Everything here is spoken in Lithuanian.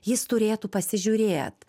jis turėtų pasižiūrėt